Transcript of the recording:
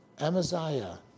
Amaziah